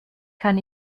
kann